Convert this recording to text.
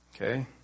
Okay